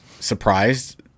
surprised